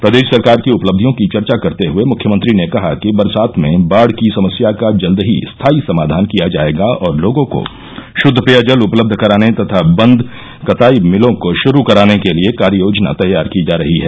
प्रदेश सरकार की उपलब्धियों की चर्चा करते हुये मुख्यमंत्री ने कहा कि बरसात में बाढ़ की समस्या का जल्द ही स्थायी समाधान किया जायेगा और लोगों को शुद्ध पेयजल उपलब्ध कराने तथा बन्द कताई मिलों को शुरू कराने के लिये कार्ययोजना तैयार की जा रही है